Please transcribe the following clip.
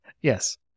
Yes